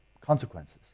consequences